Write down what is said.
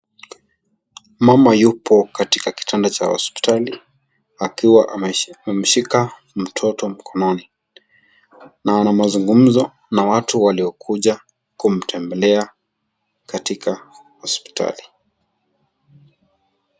Mama yupo katika kitanda cha hospitali, akiwa ameshika mtoto mkononi. Na ana mazungumzo na watu waliokuja kumtembelea katika hospitali.